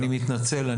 אני מתנצל,